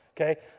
okay